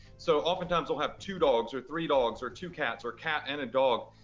so often times they'll have two dogs, or three dogs, or two cats, or cat and a dog.